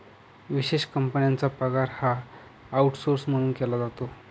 विशेष कंपन्यांचा पगार हा आऊटसौर्स म्हणून केला जातो